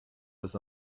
was